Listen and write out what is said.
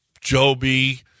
Joby